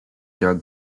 drug